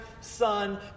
Son